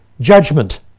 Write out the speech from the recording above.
judgment